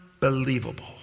believable